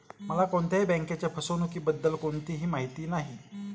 मला कोणत्याही बँकेच्या फसवणुकीबद्दल कोणतीही माहिती नाही